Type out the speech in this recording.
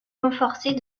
renforcée